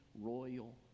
royal